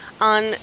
on